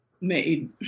made